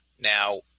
Now